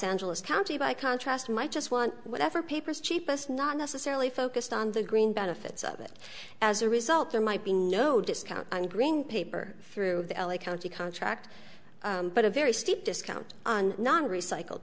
angeles county by contrast might just want whatever papers cheapest not necessarily focused on the green benefits of it as a result there might be no discount on green paper through the l a county contract but a very steep discount on non recycled